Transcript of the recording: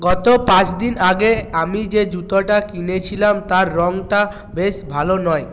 গত পাঁচদিন আগে আমি যে জুতোটা কিনেছিলাম তার রংটা বেশ ভালো নয়